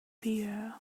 fear